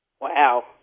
Wow